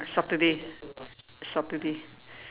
Saturday Saturday